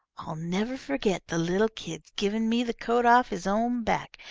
i'll never forget the little kid's givin' me the coat off his own back,